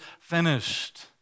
finished